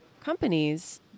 companies